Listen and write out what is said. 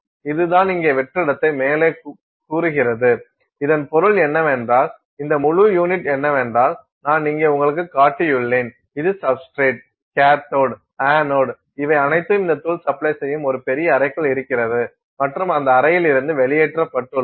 இதுதான் இங்கே வெற்றிடத்தை மேலே கூறுகிறது இதன் பொருள் என்னவென்றால் இந்த முழு யூனிட் என்னவென்றால் நான் இங்கே உங்களுக்குக் காட்டியுள்ளேன் இது சப்ஸ்டிரேட் கேத்தோடு அனோட் இவை அனைத்தும் இந்த தூள் சப்ளை செய்யும் ஒரு பெரிய அறைக்குள் இருக்கிறது மற்றும் அந்த அறையிலிருந்து வெளியேற்றப்பட்டுள்ளது